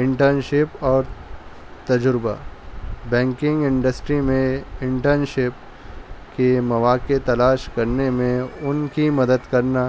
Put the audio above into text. intern شپ اور تجربہ banking industry میں انٹرن شپ کے مواقع تلاش کرنے میں ان کی مدد کرنا